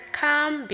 come